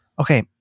Okay